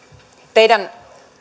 teidän